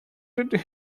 did